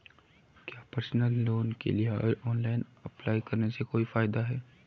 क्या personal loan के लिए ऑनलाइन अप्लाई करने से कोई फायदा है?